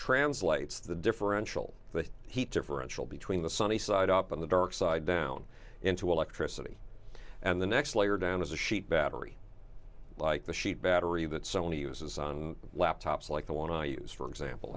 translates the differential the heat differential between the sunny side up in the dark side down into electricity and the next layer down as a sheet battery like the sheet battery that so many uses on laptops like the one i use for example